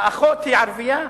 האחות היא ערבייה,